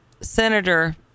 Senator